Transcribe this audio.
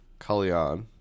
Kalyan